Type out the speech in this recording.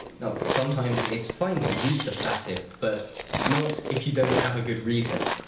now, sometimes it's fine to use the passive, but not if you don't have a good reason.